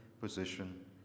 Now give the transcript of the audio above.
position